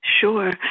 Sure